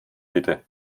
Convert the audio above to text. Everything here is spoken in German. bitte